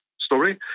story